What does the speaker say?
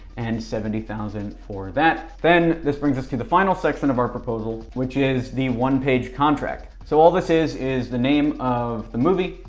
and seventy thousand for that. then this brings us to the final section of our proposal, which is the one page contract. so all this is is the name of the movie,